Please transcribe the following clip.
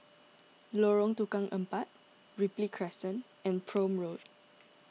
Lorong Tukang Empat Ripley Crescent and Prome Road